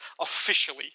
officially